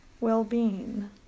well-being